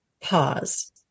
pause